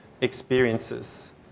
experiences